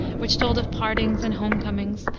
which told of partings and homecomings,